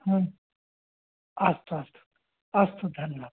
अस्तु अस्तु अस्तु धन्य